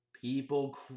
People